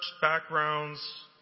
backgrounds